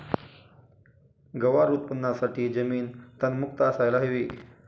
गवार उत्पादनासाठी जमीन तणमुक्त असायला हवी